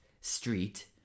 street